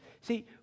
See